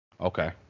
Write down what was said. Okay